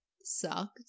sucked